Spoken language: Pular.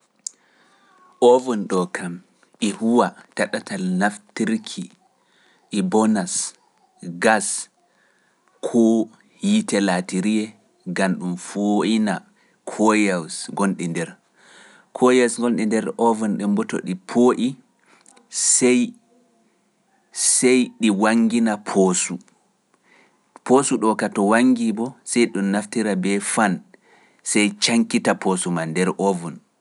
Ovun ɗo kam e huwa ta ɗatal naftirki e bonas gas koo yiite laatiriyee ngam ɗum fooyna koyels gonɗi nder. Koyels gonɗi nder ovun ɗun bo to ɗi poo'i sey ɗi wanngina poosu. Poosu ɗo kam to wanngi bo, sey ɗum naftira e fan, sey cankita poosu man nder ovun.